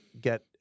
get